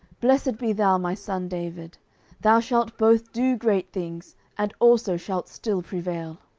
blessed be thou, my son david thou shalt both do great things, and also shalt still prevail.